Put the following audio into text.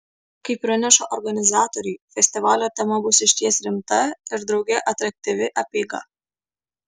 kaip praneša organizatoriai festivalio tema bus išties rimta ir drauge atraktyvi apeiga